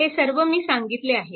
हे सर्व मी सांगितले आहे